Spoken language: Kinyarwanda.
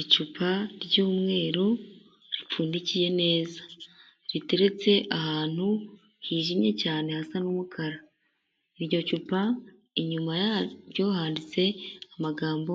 Icupa ry'umweru ripfundikiye neza riteretse ahantu hijimye cyane hasa n'umukara, iryo cupa inyuma yaryo handitse amagambo